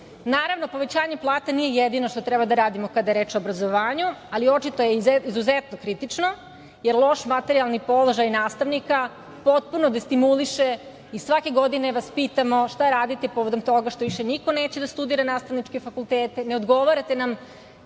povećanje plata nije jedino što treba da radimo kada je reč o obrazovanju, ali očito je izuzetno kritično, jer loš materijalni položaj nastavnika potpuno destimuliše i svake godine vas pitamo šta radite povodom toga što više niko neće da studira nastavničke fakultete, ne odgovarate nam